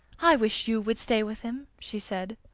i wish you would stay with him! she said.